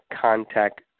contact